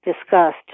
discussed